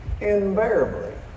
invariably